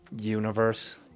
universe